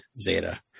Zeta